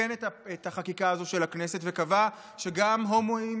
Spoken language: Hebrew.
החקיקה הזאת של הכנסת וקבע שגם הומואים